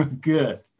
good